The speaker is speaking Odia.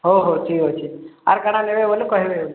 ହଉ ହଉ ଠିକ୍ ଅଛି ଆର୍ କାଣା ନେବେ ବୋଲି କହିବେ